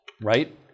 right